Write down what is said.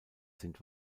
sind